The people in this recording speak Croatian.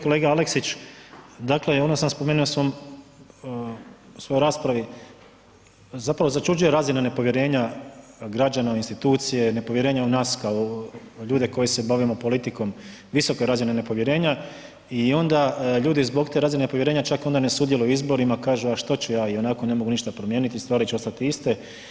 Kolega Aleksić, dakle spomenuo sam u svojoj raspravi, zapravo začuđuje razina nepovjerenja građana u institucije, nepovjerenja u nas ljude koji se bavimo politikom, visoke razine nepovjerenja i onda zbog te razine nepovjerenja čak onda ne sudjeluju u izborima, kažu, a što ću ja i onako ne mogu ništa promijeniti stvari će ostati iste.